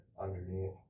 underneath